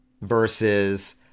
versus